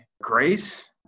grace